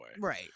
right